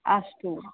अस्तु